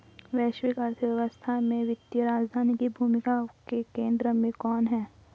वैश्विक अर्थव्यवस्था में वित्तीय राजधानी की भूमिका के केंद्र में कौन है?